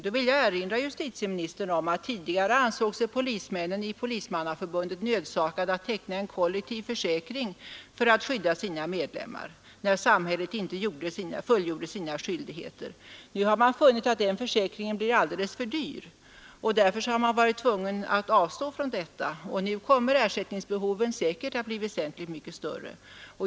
Jag vill erinra justitieministern om att medlemmarna i Polisförbundet tidigare ansåg sig nödsakade att teckna en kollektiv försäkring för att skydda sig när samhället inte fullgjorde sina skyldigheter. Nu har man funnit att den försäkringen blir alldeles för dyr, och därför har man varit tvungen att avstå från den. Nu kommer ersättningsbehovet säkert att bli väsentligt större.